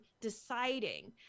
deciding